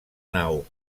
nau